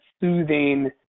soothing